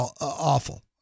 awful